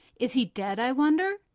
is he dead, i wonder?